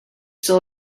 still